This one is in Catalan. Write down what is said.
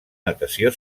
natació